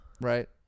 Right